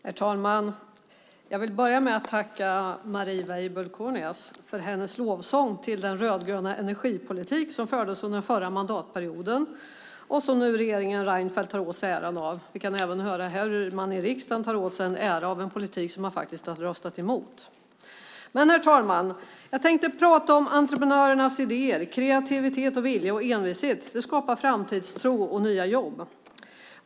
Herr talman! Jag vill börja med att tacka Marie Weibull Kornias för hennes lovsång till den rödgröna energipolitik som fördes under den förra mandatperioden och som nu regeringen Reinfeldt tar åt sig äran för. Vi kan även höra hur man här i riksdagen tar åt sig äran för en politik man faktiskt har röstat emot. Herr talman! Jag tänkte prata om entreprenörernas idéer, kreativitet, vilja och envishet. Det skapar framtidstro och nya jobb.